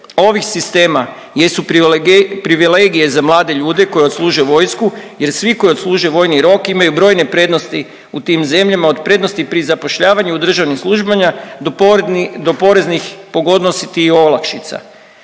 ovih sistema jesu privilegije za mlade ljude koji odsluže vojsku jer svi koji odsluže vojni rok imaju brojne prednosti u tim zemljama, od prednosti pri zapošljavanju u državnim službama do poreznih pogodnosti i olakšica.